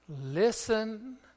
Listen